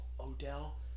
Odell